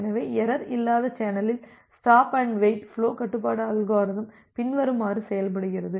எனவே எரர் இல்லாத சேனலில் ஸ்டாப் அண்டு வெயிட் ஃபுலோ கட்டுப்பாட்டு அல்காரிதம் பின்வருமாறு செயல்படுகிறது